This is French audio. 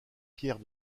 pierre